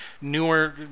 newer